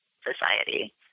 society